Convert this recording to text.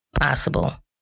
possible